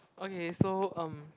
okay so um